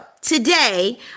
today